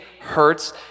hurts